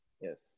yes